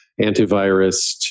antivirus